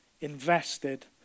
invested